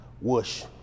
Whoosh